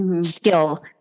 skill